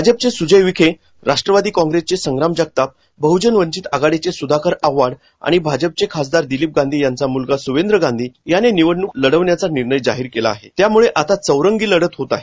भाजपचे सुजय विखे राष्ट्वादी काँप्रेसचे संग्राम जगताप बहजन वचित आघाडीचे सुधाकर आव्हाड आणि भाजपचे खासदार दिलीप गांधी यांचा मुलगा सुवेंद्र गांधी याने निवडणूक लढविण्याचा निर्णय जाहीर केला आहे त्यामुळं आता चौरंगी लढत होत आहे